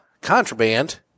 contraband